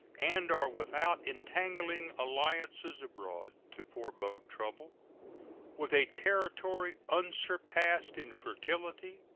and are without entangling alliances abroad to forebode trouble with a territory unsurpassed in fertility,